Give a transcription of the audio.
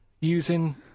Using